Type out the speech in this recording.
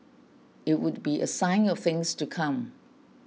it would be a sign of things to come